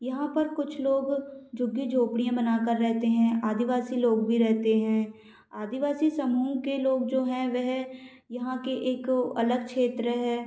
यहाँ पर कुछ लोग झुग्गी झोपड़ियाँ बना कर रहते हैं आदिवासी लोग भी रहते हैं आदिवासी समूह के लोग जो हैं वह यहाँ के एक अलग क्षेत्र है